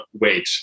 wait